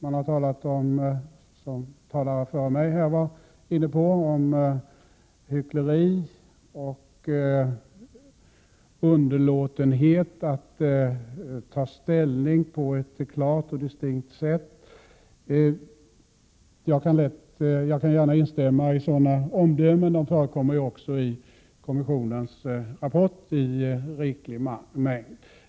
Det har talats — talaren före mig var inne på det — om hyckleri och underlåtenhet att ta ställning på ett klart och distinkt sätt. Jag kan gärna instämma i dessa omdömen. Sådana förekommer också i kommissionens rapport i riklig mängd.